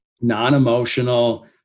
non-emotional